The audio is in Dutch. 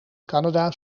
canada